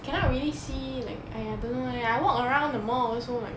cannot really see like !aiya! don't know eh I walk around the mall also like